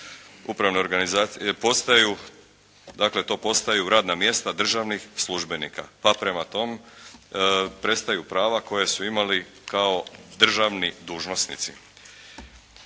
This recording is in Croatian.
dakle to postaju radna mjesta državnih službenika, pa prema tome prestaju prava koja su imali kao državni dužnosnici.